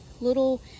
little